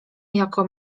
jako